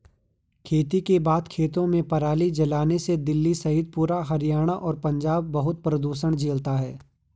खेती के बाद खेतों में पराली जलाने से दिल्ली सहित पूरा हरियाणा और पंजाब बहुत प्रदूषण झेलता है